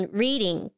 reading